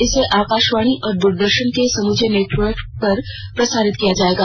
इसे आकाशवाणी और दूरदर्शन के समूचे नेटवर्क पर प्रसारित किया जायेगा